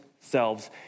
selves